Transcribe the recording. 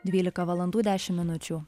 dvylika valandų dešim minučių